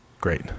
Great